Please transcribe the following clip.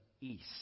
east